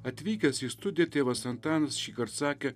atvykęs į studiją tėvas antanas šįkart sakė